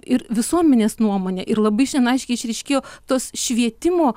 ir visuomenės nuomonę ir labai šian aiškiai išryškėjo tos švietimo